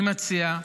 אני מציע,